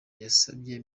yasabye